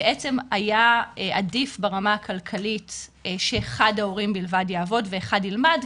בעצם היה עדיף ברמה הכלכלית שאחד ההורים בלבד לעבוד ואחד יילמד,